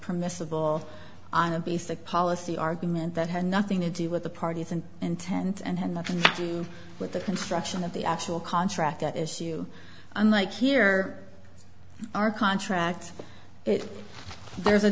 permissible on a basic policy argument that had nothing to do with the parties and intent and had nothing to do with the construction of the actual contract at issue unlike here our contract if there is a